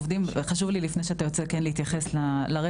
חשוב לי לפני שאתה יוצא להתייחס לרצף.